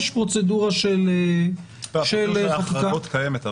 יש פרוצדורה של ------ להחרגות קיימת,